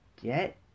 Get